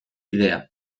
bidea